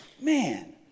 man